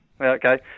Okay